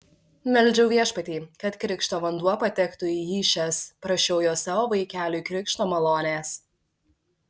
meldžiau viešpatį kad krikšto vanduo patektų į įsčias prašiau jo savo vaikeliui krikšto malonės